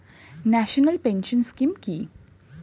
National pension scheme কি?